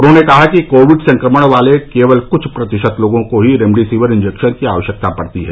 उन्होंने कहा कि कोविड संक्रमण वाले केवल कुछ प्रतिशत लोगों को ही रेमेडिसविर इंजेक्शन की जरूरत पड़ती है